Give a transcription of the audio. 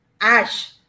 ash